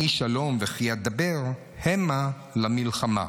אני שלום וכי אדבר המה למלחמה".